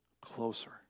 closer